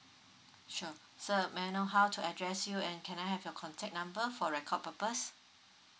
sure sir may I know how to address you and can I have your contact number for record purpose